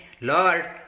Lord